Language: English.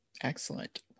excellent